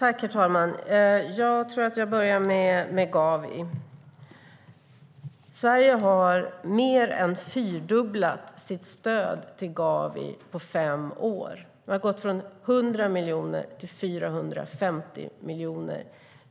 Herr talman! Jag börjar med frågan om Gavi.Sverige har mer än fyrdubblat sitt stöd till Gavi på fem år. Sverige har gått från 100 miljoner till 450 miljoner.